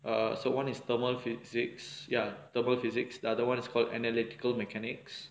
so one is thermal physics ya thermal physics lah the other one is called analytical mechanics